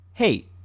Hey